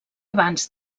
abans